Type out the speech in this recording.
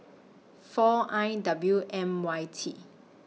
four I W M Y T